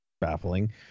baffling